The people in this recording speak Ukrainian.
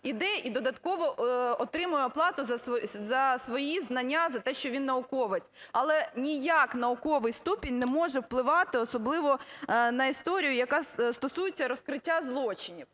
іде і додатково отримує оплату за свої знання, за те, що він науковець. Але ніяк науковий ступінь не може впливати, особливо на історію, яка стосується розкриття злочинів.